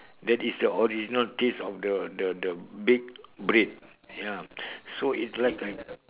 that is the original taste of the the the big bread ya so is like